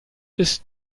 ist